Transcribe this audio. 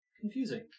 confusing